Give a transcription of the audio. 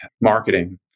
Marketing